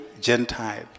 Gentile